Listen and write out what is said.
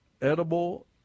Edible